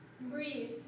Breathe